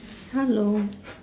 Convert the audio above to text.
hello